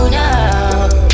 now